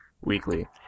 weekly